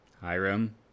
Hiram